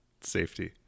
safety